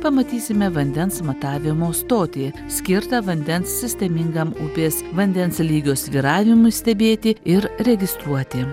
pamatysime vandens matavimo stotį skirtą vandens sistemingam upės vandens lygio svyravimui stebėti ir registruoti